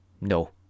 No